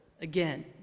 again